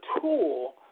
tool